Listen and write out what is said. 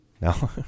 no